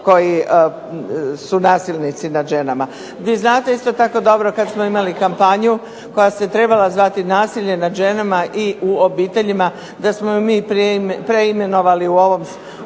koji su nasilnici nad ženama. Vi znate isto tako dobro kada smo imali kampanju koja se trebala zvati nasilje nad ženama i u obiteljima da smo je mi preimenovali u ovom našem